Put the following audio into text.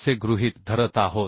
असे गृहीत धरत आहोत